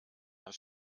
dann